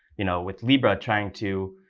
you know, with libra trying to,